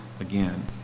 again